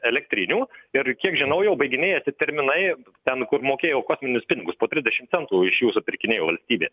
elektrinių ir kiek žinau jau baiginėjasi terminai ten kur mokėjo kosminius pinigus po trisdešimt centų iš jų supirkinėjo valstybė